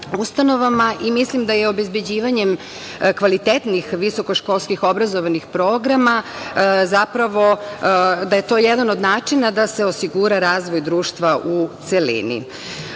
i mislim da je obezbeđivanje kvalitetnih visokoškolskih obrazovnih programa zapravo jedan od načina da se osigura razvoj društva u celini. Osim